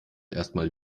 erstmal